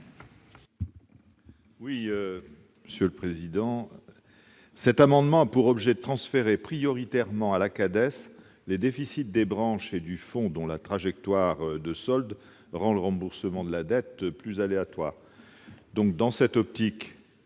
rapporteur général. Cet amendement a pour objet de transférer prioritairement à la CADES les déficits des branches et du fonds dont la trajectoire de solde rend le remboursement de la dette plus aléatoire. Dans cette perspective,